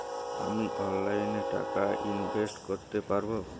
আমি অনলাইনে টাকা ইনভেস্ট করতে পারবো?